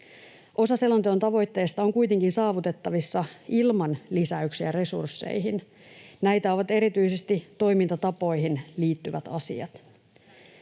Osa selonteon tavoitteista on kuitenkin saavutettavissa ilman lisäyksiä resursseihin. Näitä ovat erityisesti toimintatapoihin liittyvät asiat.